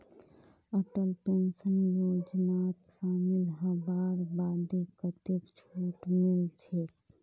Atal pension योजनात शामिल हबार बादे कतेक छूट मिलछेक